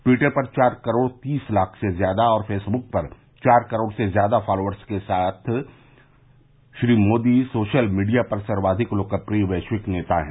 Twitter पर चार करोड़ तीस लाख से ज्यादा और फेसबुक पर चार करोड़ से ज्यादा फॉलोवर्स की संख्या के साथ श्री मोदी सोशल मीडिया पर सर्वाधिक लोकप्रिय वैश्विक नेता है